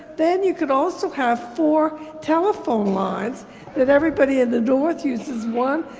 then you could also have four telephone lines that everybody in the north uses one,